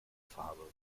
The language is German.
farbe